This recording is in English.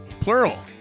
Plural